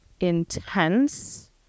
intense